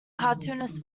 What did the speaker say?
cartoonist